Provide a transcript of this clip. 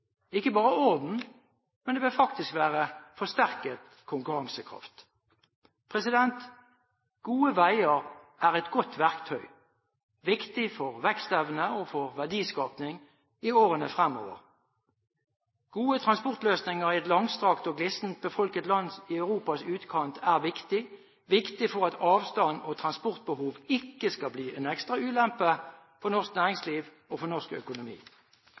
ikke bare orden, men det vil faktisk være forsterket konkurransekraft. Gode veier er et godt verktøy – viktig for vekstevne og for verdiskaping i årene fremover. Gode transportløsninger i et langstrakt og glissent befolket land i Europas utkant er viktig – viktig for at avstand og transportbehov ikke skal bli en ekstra ulempe for norsk næringsliv og for norsk økonomi.